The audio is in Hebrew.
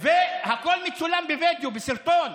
והכול מצולם בווידיאו, בסרטון.